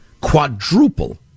Quadruple